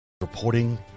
Reporting